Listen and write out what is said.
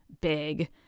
big